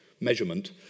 measurement